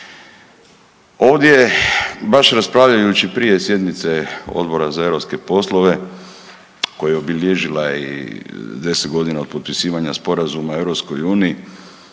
Ovdje baš raspravljajući prije sjednice Odbora za europske poslove koja je obilježila i 10.g. od potpisivanja sporazuma EU, ja